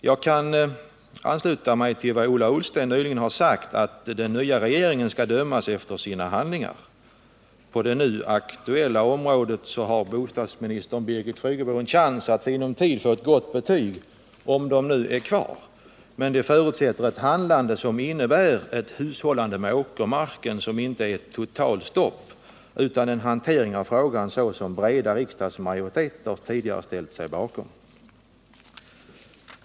Jag kan ansluta mig till Ola Ullstens uttalande nyligen att den nya regeringen skall dömas efter sina handlingar. På det nu aktuella området har bostadsministern Birgit Friggebo en chans att i sinom tid få ett gott betyg, om betygen är kvar. Men det förutsätter ett handlande som innebär ett hushållande med åkermarken som inte betyder totalt stopp utan som överensstämmer med den behandling av frågan som breda riksdagsmajoriteter tidigare ställt sig bakom.